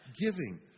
giving